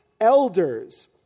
elders